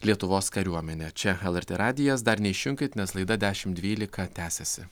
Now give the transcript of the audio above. lietuvos kariuomenę čia lrt radijas dar neišjunkit nes laida dešimt dvylika tęsiasi